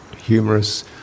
humorous